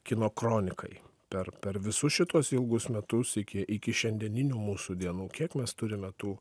kino kronikai per per visus šituos ilgus metus iki iki šiandieninių mūsų dienų kiek mes turime tų